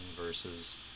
versus